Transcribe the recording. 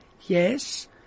yes